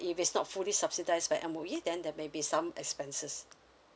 if it's not fully subsidised by M_O_E then there maybe some expenses